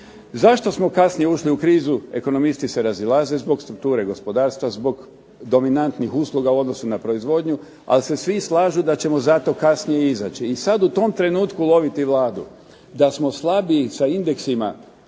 Zašto smo kasnije ušli u krizu, ekonomisti se razilaze zbog strukture gospodarstva, zbog dominantnih usluga u odnosu na proizvodnju, ali se svi slažu da ćemo zato kasnije i izaći. I sad u tom trenutku loviti Vladu da smo slabiji sa indeksima